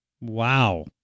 Wow